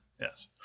Yes